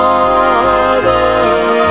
Father